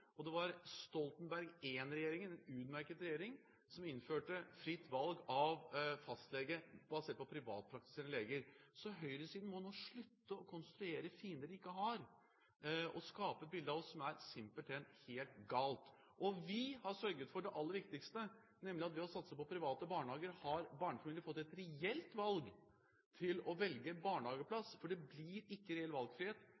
og det var Stoltenberg I-regjeringen – en utmerket regjering – som innførte fritt valg av fastlege basert på privatpraktiserende leger. Så høyresiden må nå slutte å konstruere fiender de ikke har. De skaper et bilde av oss som simpelthen er helt galt. Vi har også sørget for det aller viktigste, nemlig at ved å satse på private barnehager har barnefamiliene fått et reelt valg når det gjelder å velge